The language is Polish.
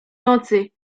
nocy